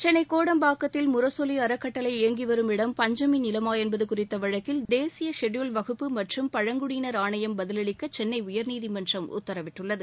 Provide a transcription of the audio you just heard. சென்ளை கோடம்பாக்கத்தில் முரசொலி அறக்கட்டளை இயங்கி வரும் இடம் பஞ்சமி நிலமா என்பது குறித்த வழக்கில் தேசிய ஷெட்யூல்டு வகுப்பு மற்றும் பழங்குடியினர் ஆணையம் பதிலளிக்க சென்னை உயர்நீதிமன்றம் உத்தரவிட்டுள்ளது